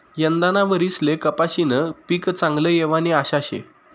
यंदाना वरीसले कपाशीनं पीक चांगलं येवानी आशा शे